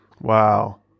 Wow